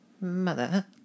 Mother